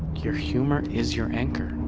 your humor is your anchor.